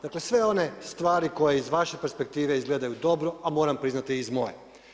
Dakle sve one stvari koje iz vaše perspektive izgledaju dobro a moram priznati i iz moje.